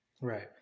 Right